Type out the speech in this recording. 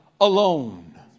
alone